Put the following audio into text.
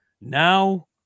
now